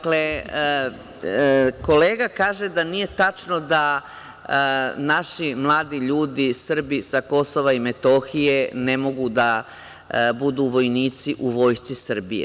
Kolega kaže da nije tačno da naši mladi ljudi Srbi sa Kosova i Metohije ne mogu da budu vojnici u Vojsci Srbije.